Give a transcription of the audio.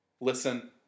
Listen